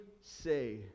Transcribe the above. say